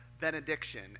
benediction